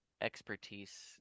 expertise